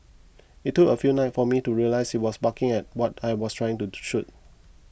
it took a few nights for me to realise it was barking at what I was trying to shoot